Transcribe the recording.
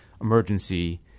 emergency